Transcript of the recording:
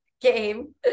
game